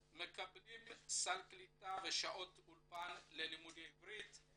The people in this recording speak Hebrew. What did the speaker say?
הן מקבלות סל קליטה ושעות אולפן ללימודי עברית,